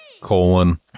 colon